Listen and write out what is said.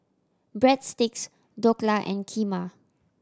Breadsticks Dhokla and Kheema